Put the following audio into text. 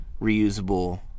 reusable